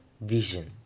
vision